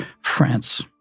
France